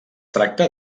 tracta